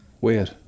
weird